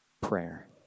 prayer